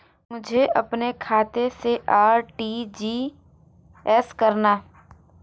मुझे अपने खाते से आर.टी.जी.एस करना?